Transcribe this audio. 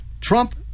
Trump